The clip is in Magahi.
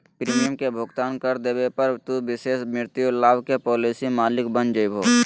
प्रीमियम के भुगतान कर देवे पर, तू विशेष मृत्यु लाभ के पॉलिसी मालिक बन जैभो